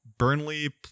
burnley